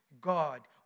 God